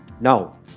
Now